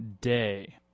Day